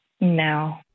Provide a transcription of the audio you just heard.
No